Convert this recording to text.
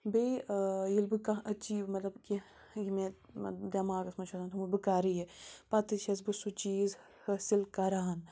بیٚیہِ ییٚلہِ بہٕ کانٛہہ أچیٖو مطلب کیٚنٛہہ یہِ مےٚ دٮ۪ماغس منٛز چھُ آسان تھوٚومُت بہٕ کَرٕ یہِ پَتہٕ چھَس بہٕ سُہ چیٖز حٲصِل کَران